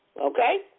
Okay